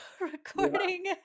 recording